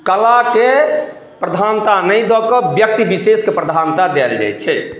कलाके प्रधानता नहि दऽ कऽ ब्यक्ति बिशेषके प्रधानता देल जाइ छै